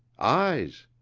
eyes.